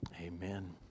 Amen